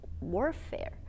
warfare